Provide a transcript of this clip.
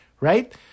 right